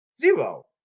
Zero